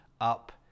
up